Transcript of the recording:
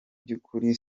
byukuri